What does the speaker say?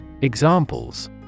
Examples